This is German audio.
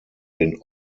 den